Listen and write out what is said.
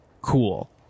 Cool